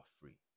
free